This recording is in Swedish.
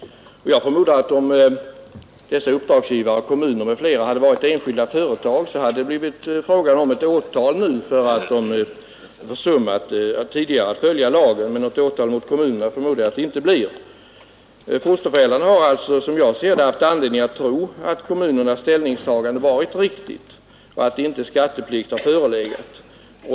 Jag förmodar att om dessa uppdragsgivare — kommuner m.fl. — hade varit enskilda företag så hade det nu blivit fråga om åtal för att de tidigare försummat att följa lagen. Men något åtal mot kommunerna antar jag att det inte blir. Fosterföräldrarna har alltså, som jag ser det, haft anledning att tro att kommunernas ställningstagande varit riktigt och att inte skatteplikt har förelegat.